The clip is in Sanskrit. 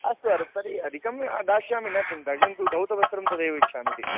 अस्तु अर् तर्हि अधिकं दास्यामि न चिन्ता किन्तु धौतवस्त्रं तदेव इच्छामीति